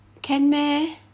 can meh